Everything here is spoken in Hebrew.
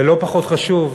ולא פחות חשוב,